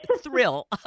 thrill